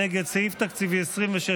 נגד 42. סעיף תקציבי 26,